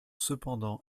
cependant